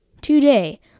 today